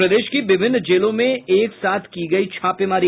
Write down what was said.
और प्रदेश की विभिन्न जेलों में एक साथ की गयी छापेमारी